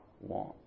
want